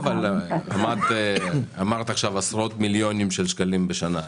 אמרת עכשיו עשרות מיליונים של שקלים בשנה.